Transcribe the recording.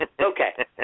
Okay